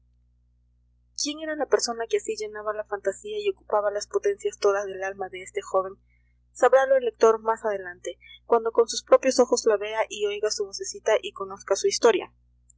quién era la persona que así llenaba la fantasía y ocupaba las potencias todas del alma de este joven sabralo el lector más adelante cuando con sus propios ojos la vea y oiga su vocecita y conozca su historia